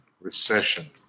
recession